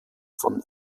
von